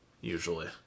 usually